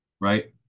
Right